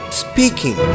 speaking